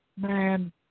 man